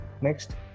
next